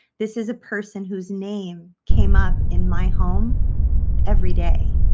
this is a person whose name came up in my home every day.